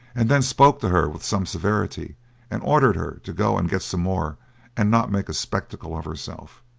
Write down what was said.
and then spoke to her with some severity and ordered her to go and get some more and not make a spectacle of herself.